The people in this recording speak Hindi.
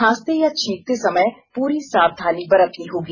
खांसते या छींकते समय पूरी सावधानी बरतनी होगी